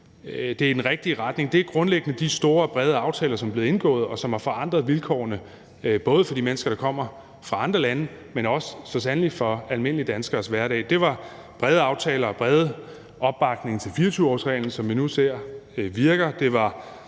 det i den rigtige retning, er grundlæggende de store og brede aftaler, som er blevet indgået, og som har forandret vilkårene både for de mennesker, der kommer fra andre lande, men så sandelig også for almindelige danskeres hverdag. Det var brede aftaler og bred opbakning til 24-årsreglen, som vi nu ser virker.